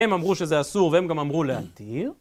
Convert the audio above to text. הם אמרו שזה אסור והם גם אמרו להתיר.